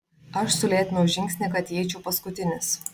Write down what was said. aš sulėtinau žingsnį kad įeičiau paskutinis